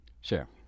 Sure